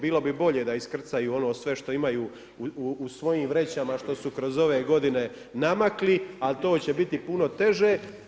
Bilo bi bolje da iskrcaju ono sve što imaju u svojim vrećama što su kroz ove godine namakli, ali to će biti puno teže.